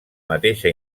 mateixa